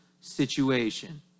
situation